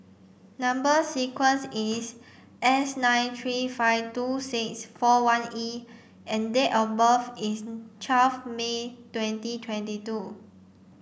number sequence is S nine three five two six four one E and date of birth is twelve May twenty twenty two